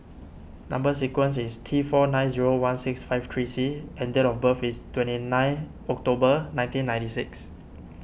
Number Sequence is T four nine zero one six five three C and date of birth is twenty nine October nineteen ninety six